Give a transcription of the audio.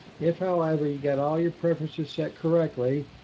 if however, you got all your preferences set correctly.